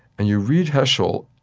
and you read heschel,